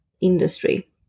industry